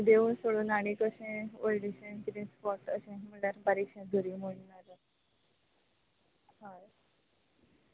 देवूळ सोडून आनी कशें व्हडलेशें किदें स्पोट्स अशें म्हणल्यार बारीकशें झरी म्हण नाजाल्यार हय